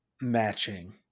matching